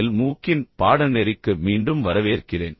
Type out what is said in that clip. L மூக்கின் பாடநெறிக்கு மீண்டும் வரவேற்கிறேன்